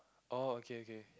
oh okay okay